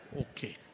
Okay